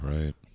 right